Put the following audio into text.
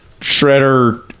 Shredder